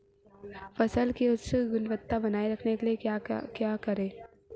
फसल की उच्च गुणवत्ता बनाए रखने के लिए क्या करें?